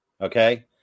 Okay